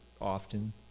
often